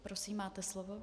Prosím, máte slovo.